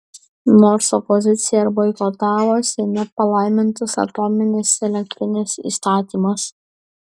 nors opozicija ir boikotavo seime palaimintas atominės elektrinės įstatymas